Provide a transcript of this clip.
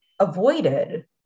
avoided